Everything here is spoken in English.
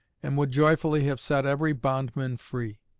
and would joyfully have set every bondman free.